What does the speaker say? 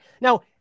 Now